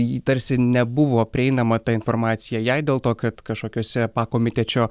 ji tarsi nebuvo prieinama ta informacija jei dėl to kad kažkokiose pakomitečio